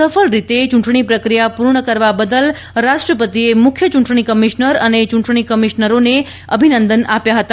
સફળ રીતે ચૂંટણી પ્રક્રિયા પૂર્ણ કરવા બદલ રાષ્ટ્રપતિએ મુખ્ય ચૂંટણી કમિશ્નર અને ચૂંટણી કમિશ્નરોને અભિનંદન આપ્યા હતા